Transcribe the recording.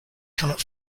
cannot